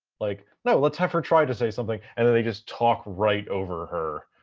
like, no let's have her try to say something, and then they just talk right over her.